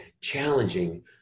challenging